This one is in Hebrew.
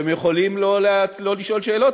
אתם יכולים לא לשאול שאלות,